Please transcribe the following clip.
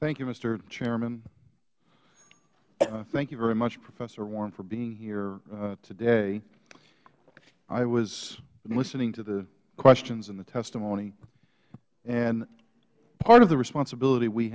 thank you mr hchairman thank you very much professor warren for being here today i was listening to the questions and the testimony and part of the responsibility we